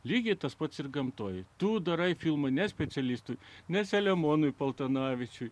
lygiai tas pats ir gamtoje tu darai filmą ne specialistui nes selemonui paltanavičiui